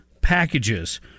packages